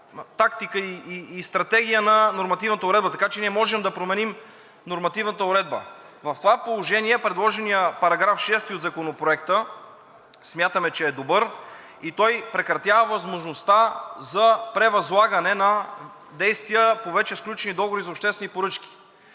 тактика и стратегия на нормативната уредба, така че ние можем да променим нормативната уредба. В това положение предложеният § 6 от Законопроекта смятаме, че е добър и той прекратява възможността за превъзлагане на действия по вече сключени договори за обществени поръчки.